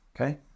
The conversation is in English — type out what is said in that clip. Okay